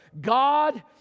God